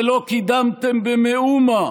ולא קידמתם במאומה